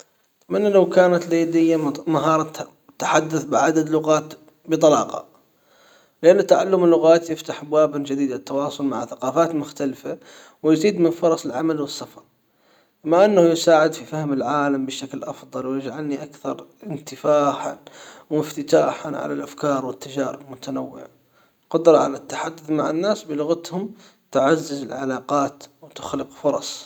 اتمنى لو كانت لدي مهارة التحدث بعدة لغات بطلاقة لأن تعلم اللغات يفتح ابوابًا جديدة للتواصل مع ثقافات مختلفة ويزيد من فرص العمل والسفر مع انه يساعد في فهم العالم بشكل افضل ويجعلني اكثر وافتتاحًا على الافكار والتجارب المتنوعة قدرة على التحدث مع الناس بلغتهم تعزز العلاقات وتخلق فرص.